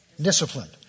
disciplined